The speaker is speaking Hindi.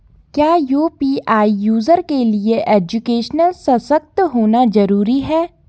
क्या यु.पी.आई यूज़र के लिए एजुकेशनल सशक्त होना जरूरी है?